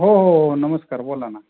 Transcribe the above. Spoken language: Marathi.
हो हो हो नमस्कार बोला ना